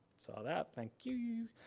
saw that, thank you.